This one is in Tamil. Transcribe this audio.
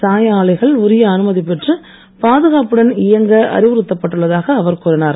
சாய ஆலைகள் உரிய அனுமதி பெற்று பாதுகாப்புடன் இயங்க அறிவுறுத்தப்பட்டுள்ளதாக அவர் கூறினார்